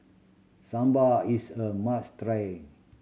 sambar is a must try